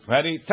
Ready